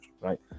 right